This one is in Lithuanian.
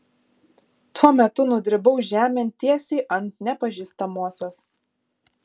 tuo metu nudribau žemėn tiesiai ant nepažįstamosios